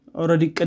already